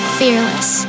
fearless